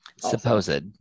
Supposed